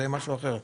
זה משהו אחר.